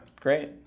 Great